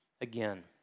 again